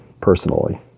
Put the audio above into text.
personally